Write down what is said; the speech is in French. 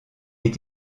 est